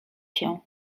się